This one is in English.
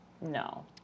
no